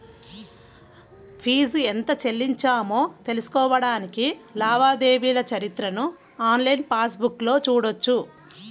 fee ఎంత చెల్లించామో తెలుసుకోడానికి లావాదేవీల చరిత్రను ఆన్లైన్ పాస్ బుక్లో చూడొచ్చు